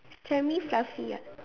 semi fluffy ah